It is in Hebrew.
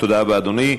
תודה רבה, אדוני.